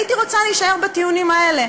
הייתי רוצה להישאר בטיעונים האלה.